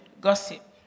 Gossip